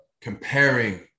comparing